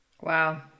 Wow